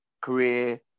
career